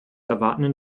erwartenden